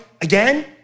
again